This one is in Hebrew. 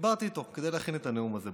דיברתי איתו כדי להכין את הנאום הזה,